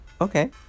Okay